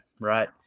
right